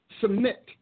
submit